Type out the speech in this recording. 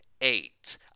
eight